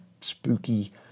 spooky